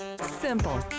Simple